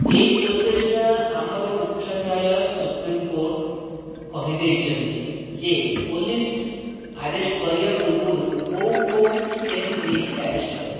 ଏହି ପ୍ରୋସେସ୍ଟା ଆମର ଉଚ୍ଚ ନ୍ୟାୟଳୟ ସୁପ୍ରିମ୍ କୋର୍ଟ କହିଦେଇଛନ୍ତି ଯେ ପୋଲିସ ଆରେଷ୍ଟ କରିବା ପୂର୍ବରୁ କେଉଁ କେଉଁ ଷ୍ଟେପ୍ ନେଇକି ଆରେଷ୍ଟ କରିବ